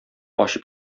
ачып